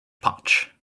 potch